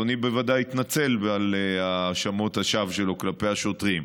אדוני בוודאי יתנצל על האשמות השווא שלו כלפי השוטרים.